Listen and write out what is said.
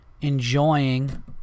enjoying